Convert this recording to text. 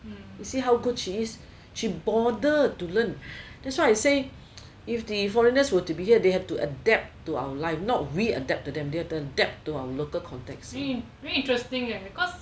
you see how good she is she bother to learn that's why I say if the foreigners were to be here they have to adapt to our life not we adapt to them they have to adapt to our local context